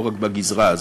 לא רק בגזרה הזו,